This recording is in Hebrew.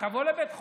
תבוא לבית חולים,